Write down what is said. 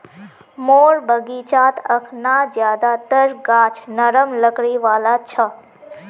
मोर बगीचात अखना ज्यादातर गाछ नरम लकड़ी वाला छ